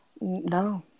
No